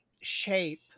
shape